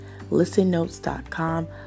ListenNotes.com